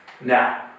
Now